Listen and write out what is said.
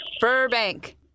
Burbank